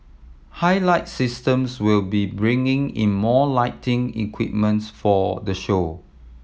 Highlight Systems will be bringing in more lighting equipments for the show